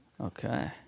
Okay